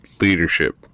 leadership